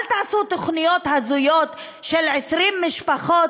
אל תעשו תוכניות הזויות של 20 משפחות.